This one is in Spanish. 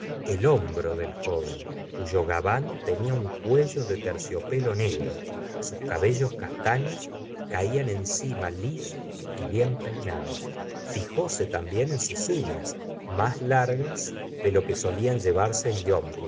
el hombro del joven cuyo gabán tenía un cuello de terciopelo negro sus cabellos castaños calan encima lisos y bien peinados fljse también en sus uñas más largas de lo que solían llevarse en